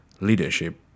leadership